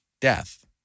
death